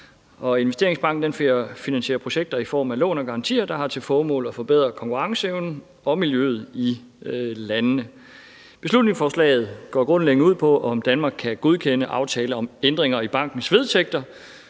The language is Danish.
Investeringsbanken finansierer projekter i form af lån og garantier, der har til formål at forbedre konkurrenceevnen og miljøet i landene. Beslutningsforslaget går grundlæggende ud på, om Danmark kan godkende aftaler om ændringer i bankens vedtægter.